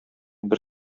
бер